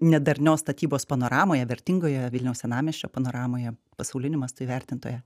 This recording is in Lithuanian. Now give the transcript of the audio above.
nedarnios statybos panoramoje vertingoje vilniaus senamiesčio panoramoje pasauliniu mastu įvertintoje